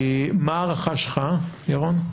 מה ההערכה שלך, ירון?